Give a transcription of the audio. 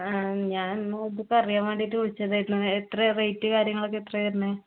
ആ ഞാനെന്നാൽ ഇത് പറയാൻ വേണ്ടിയിട്ട് വിളിച്ചതായിരുന്നു എത്ര റേറ്റ് കാര്യങ്ങളൊക്കെ എത്രയാ വരുന്നത്